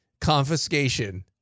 confiscation